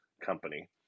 company